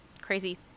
crazy